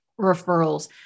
referrals